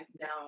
down